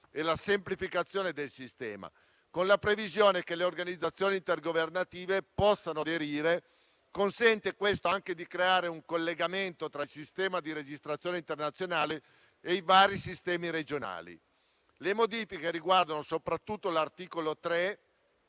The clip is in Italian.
e la semplificazione del sistema. La previsione che le organizzazioni intergovernative possano aderire consente anche di creare un collegamento tra il sistema di registrazione internazionale e i vari sistemi regionali. Le modifiche riguardano soprattutto l'articolo 3,